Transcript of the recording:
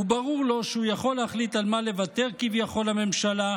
וברור לו שהוא יכול להחליט על מה לוותר כביכול לממשלה,